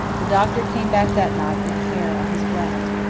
the doctor came back that night with care on his brow.